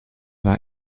war